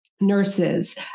nurses